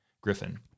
Griffin